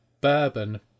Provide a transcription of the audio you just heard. Bourbon